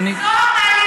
משנה כלפי מי היא מופעלת,